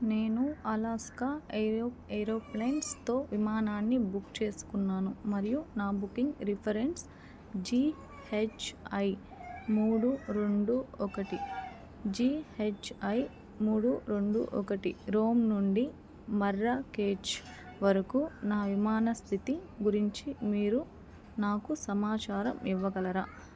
నేను Alaska aero ఏరోప్లేన్స్తో విమానాన్ని బుక్ చేసుకున్నాను మరియు నా బుకింగ్ రిఫరెన్స్ జిహెచ్ఐ మూడు రెండు ఒకటి జిహెచ్ఐ మూడు రెండు ఒకటి రోమ్ నుండి మర్రాకేష్ వరుకు నా విమాన స్థితి గురించి మీరు నాకు సమాచారం ఇవ్వగలరా